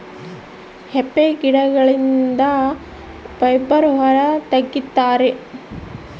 hemp ಗಿಡಗಳಿಂದ fibre ಹೊರ ತಗಿತರೆ